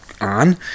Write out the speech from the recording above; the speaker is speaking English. on